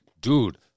dude